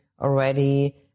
already